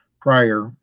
prior